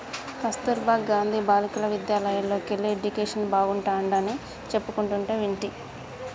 కస్తుర్బా గాంధీ బాలికా విద్యాలయల్లోకెల్లి ఎడ్యుకేషన్ బాగుంటాడని చెప్పుకుంటంటే వింటి